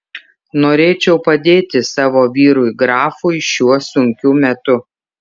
norėčiau padėti savo vyrui grafui šiuo sunkiu metu